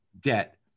debt